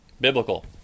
biblical